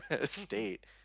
state